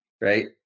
right